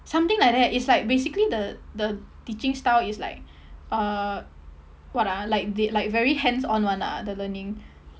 something like that it's like basically the the teaching style is like uh what ah like they like very hands on [one] ah the learning